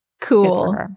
cool